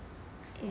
it